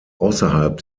außerhalb